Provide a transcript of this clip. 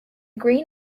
green